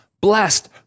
Blessed